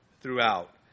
throughout